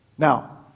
Now